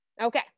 Okay